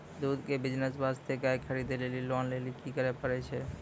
दूध के बिज़नेस वास्ते गाय खरीदे लेली लोन लेली की करे पड़ै छै?